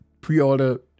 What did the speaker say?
Pre-order